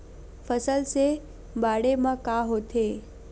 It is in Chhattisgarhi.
फसल से बाढ़े म का होथे?